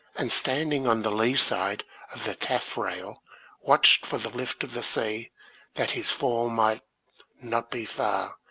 and standing on the leeside of the taffrail watched for the lift of the sea that his fall might not be far,